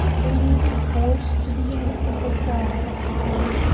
believing ford to be in the secret service of the police,